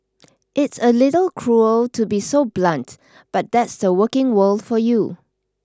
it's a little cruel to be so blunt but that's the working world for you